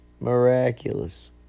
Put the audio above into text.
miraculous